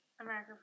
America